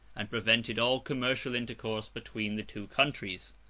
and prevented all commercial intercourse between the two countries.